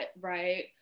right